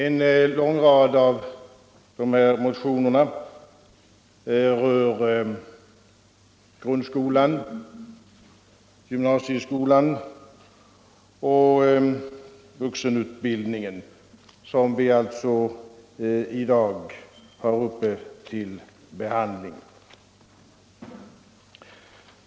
En lång rad av dessa motioner rör grundskolan, gymnasieskolan och vuxenutbildningen, som vi här har uppe till behandling.